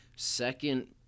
Second